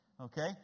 Okay